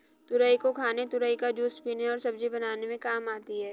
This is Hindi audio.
तुरई को खाने तुरई का जूस पीने और सब्जी बनाने में काम आती है